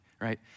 right